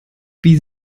wie